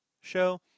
show